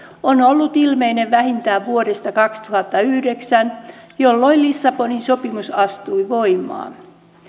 on ollut ilmeinen vähintään vuodesta kaksituhattayhdeksän jolloin lissabonin sopimus astui voimaan